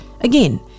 Again